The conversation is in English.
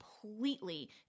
completely